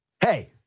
Hey